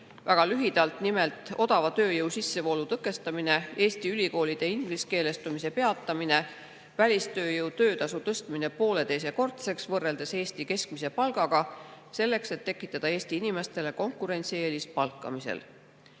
väga lühidalt: nimelt, odava tööjõu sissevoolu tõkestamine, Eesti ülikoolide ingliskeelestumise peatamine, välistööjõu töötasu tõstmine poolteisekordseks võrreldes Eesti keskmise palgaga, selleks et tekitada Eesti inimestele konkurentsieelis palkamisel. Komisjoni